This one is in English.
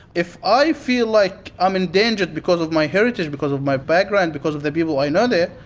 if i feel like i'm endangered because of my heritage, because of my background, because of the people i know there,